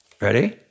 ready